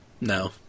No